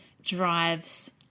drives